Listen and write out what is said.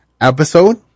episode